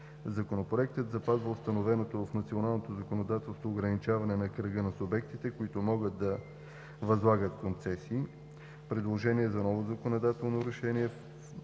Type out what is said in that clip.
Законопроектът запазва установеното в националното законодателство ограничаване на кръга на субектите, които могат да възлагат концесии. Предложението за ново законодателно решение